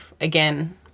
again